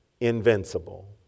invincible